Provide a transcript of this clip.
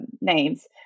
Names